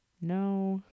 no